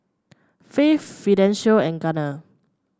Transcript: Faith Fidencio and Gunner